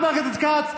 חבר הכנסת חיים כץ,